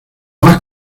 más